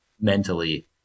mentally